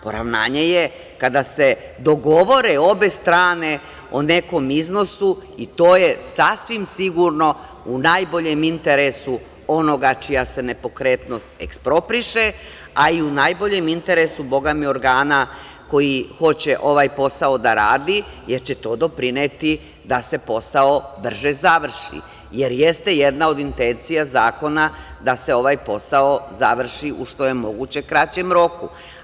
Poravnanje je kada se dogovore obe strane o nekom iznosu i to je sasvim sigurno u najboljem interesu onoga čija se nepokretnost ekspropriše, a i u najboljem interesu, Boga mi, organa koji hoće ovaj posao da radi, jer će to doprineti da se posao brže završi, jer jeste jedna od intencija zakona da se ovaj posao završi u što je moguće kraćem roku.